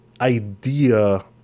idea